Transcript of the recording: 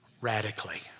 radically